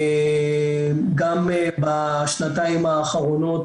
גם בשנתיים האחרונות,